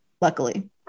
luckily